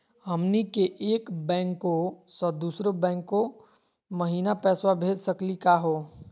हमनी के एक बैंको स दुसरो बैंको महिना पैसवा भेज सकली का हो?